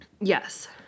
Yes